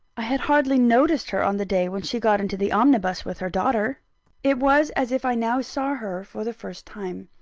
i had hardly noticed her on the day when she got into the omnibus with her daughter it was as if i now saw her for the first time.